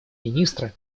министра